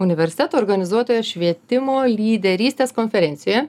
universiteto organizuotoje švietimo lyderystės konferencijoje